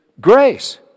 grace